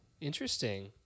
Interesting